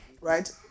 Right